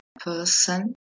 person